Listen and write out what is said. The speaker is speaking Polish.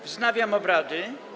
Wznawiam obrady.